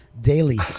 daily